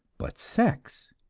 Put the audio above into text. but sex.